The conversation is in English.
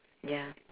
ya